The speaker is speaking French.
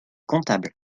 comptables